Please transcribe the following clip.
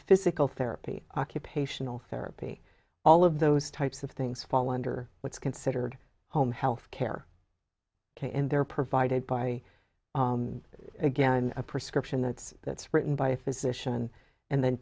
physical therapy occupational therapy all of those types of things fall under what's considered home health care and they're provided by again a prescription that's that's written by a physician and then